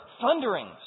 thunderings